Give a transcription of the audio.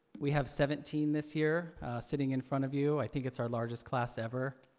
we have seventeen this year sitting in front of you, i think it's our largest class ever,